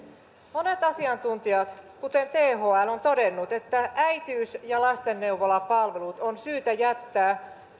monet asiantuntijat kuten thl ovat todenneet että äitiys ja lastenneuvolapalvelut on syytä jättää